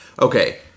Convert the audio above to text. Okay